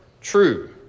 true